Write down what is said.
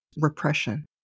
repression